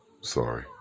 Sorry